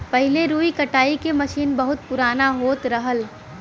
पहिले रुई कटाई के मसीन बहुत पुराना होत रहल